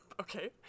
Okay